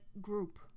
group